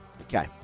Okay